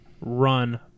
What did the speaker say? run